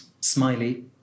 Smiley